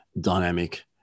dynamic